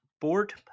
board